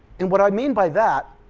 and what i mean by that,